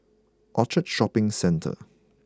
Orchard Shopping Centre